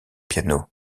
piano